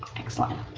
excellent.